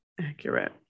accurate